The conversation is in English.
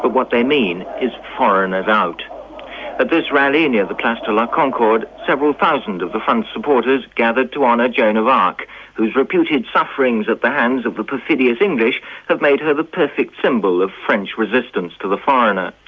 but what they mean is foreigners out. at this rally, near the place de la concorde, several thousands of the front's supporters gathered to honour joan of arc whose reputed sufferings at the hands of the perfidious english have made her the perfect symbol of french resistance to the foreigner.